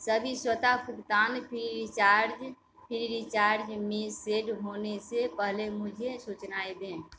सभी स्वतःभुगतान Freecharge free recharge में सेट होने से पहले मुझे सूचनाएँ दें